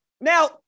now